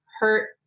hurt